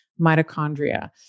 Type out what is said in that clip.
mitochondria